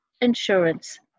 Insurance